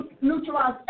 neutralize